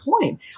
point